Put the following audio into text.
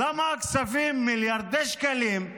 למה הכספים, מיליארדי שקלים,